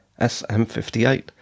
SM58